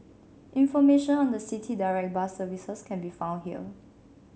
information on the City Direct bus services can be found here